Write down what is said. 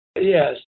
Yes